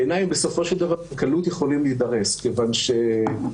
יכולים להידרס בקלות.